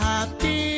Happy